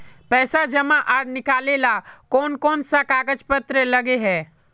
पैसा जमा आर निकाले ला कोन कोन सा कागज पत्र लगे है?